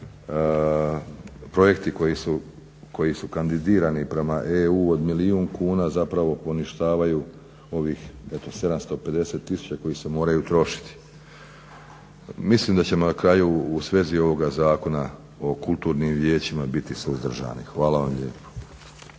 projekti koji su kandidirani prema EU od milijun kuna zapravo poništavaju onih 750 000 koji se moraju trošiti. Mislim da ćemo na kraju u svezi ovoga Zakona o kulturnim vijećima biti suzdržani. Hvala vam lijepa.